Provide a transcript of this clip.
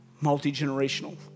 multi-generational